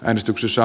äänestyksissä